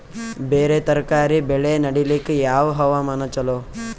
ಬೇರ ತರಕಾರಿ ಬೆಳೆ ನಡಿಲಿಕ ಯಾವ ಹವಾಮಾನ ಚಲೋ?